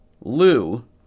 Lou